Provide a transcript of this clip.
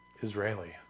Israeli